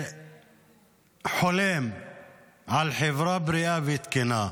שחולם על חברה בריאה ותקינה.